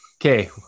Okay